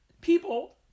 people